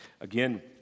Again